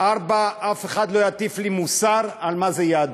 4. אף אחד לא יטיף לי מוסר על מה זה יהדות.